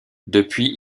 depuis